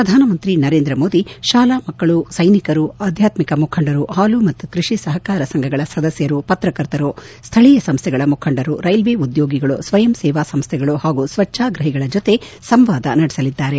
ಪ್ರಧಾನಮಂತ್ರಿ ನರೇಂದ್ರ ಮೋದಿ ಶಾಲಾ ಮಕ್ಕಳು ಸೈನಿಕರು ಆಧ್ವಾತ್ಮಿಕ ಮುಖಂಡರು ಹಾಲು ಮತ್ತು ಕೃಷಿ ಸಹಕಾರ ಸಂಘಗಳ ಸದಸ್ಯರು ಪತ್ರಕರ್ತರು ಸ್ವೀಯ ಸಂಸ್ಟೆಗಳ ಮುಖಂಡರು ರೈಲ್ವೆ ಉದ್ಯೋಗಿಗಳು ಸ್ವಯಂ ಸೇವಾ ಸಂಸ್ಟೆಗಳು ಹಾಗೂ ಸ್ವಚ್ಗಾಗ್ರಹಿಗಳ ಜೊತೆ ಸಂವಾದ ನಡೆಸಲಿದ್ದಾರೆ